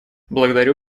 благодарю